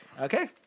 Okay